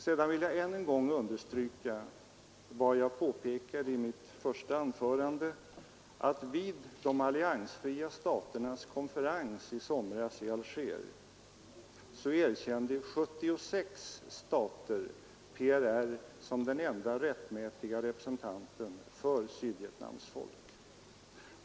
Sedan vill jag än en gång understryka vad jag påpekade i mitt första anförande, nämligen att vid de alliansfria staternas konferens i somras i Alger erkände 76 stater PRR som den enda rättmätiga representanten för Sydvietnams folk.